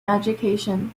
education